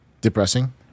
Depressing